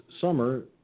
summer